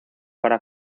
para